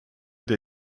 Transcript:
der